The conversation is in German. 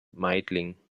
meidling